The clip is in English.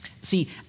See